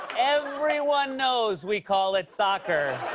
everyone knows we call it soccer